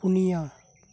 ᱯᱩᱱᱤᱭᱟ